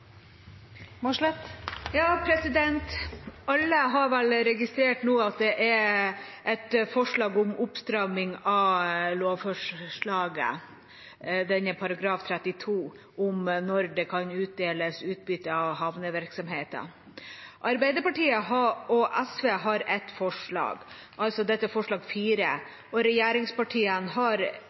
Alle har vel nå registrert at det er et forslag om oppstramming av lovforslaget til § 32 om når det kan utdeles utbytte av havnevirksomhet. Arbeiderpartiet og SV står sammen om forslag nr. 4, og regjeringspartiene har